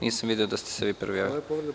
Nisam video da ste se vi prvi javili.